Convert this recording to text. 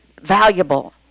valuable